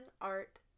Art